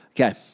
Okay